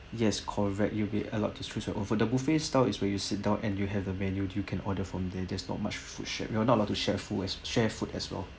yes correct you will be allowed to switch the offer the buffet style is where you sit down and you have a menu you can order from there there's not much food share you're not allowed to sha~ share food as well